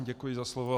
Děkuji za slovo.